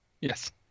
Yes